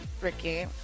Ricky